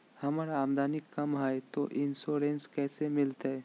हमर आमदनी कम हय, तो इंसोरेंसबा कैसे मिलते?